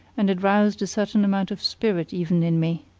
and it roused a certain amount of spirit even in me.